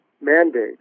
mandate